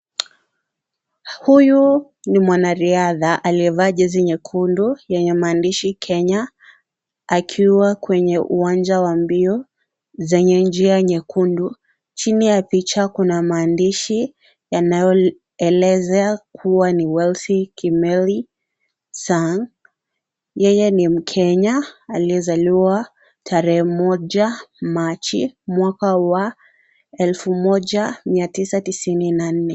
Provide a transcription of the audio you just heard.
Huyu ni mwanariadha, aliyevaa jezi nyekundu, yenye maandishi Kenya, akiwa kwenye uwanja wa mbio, zenye njia nyekundu. Chini ya picha kuna maandishi, yanayoelezea kuwa ni Wesley Kimeli Sang. Yeye ni mkenya aliyezaliwa tarehe moja Machi, mwaka wa elfu moja mia tisa tisini na nne.